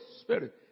Spirit